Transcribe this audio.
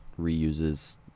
reuses